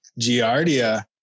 Giardia